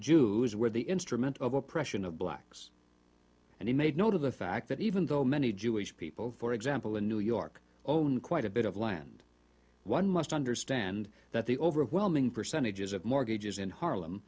jews were the instrument of oppression of blacks and he made note of the fact that even though many jewish people for example in new york own quite a bit of land one must understand that the overwhelming percentages of mortgages in harlem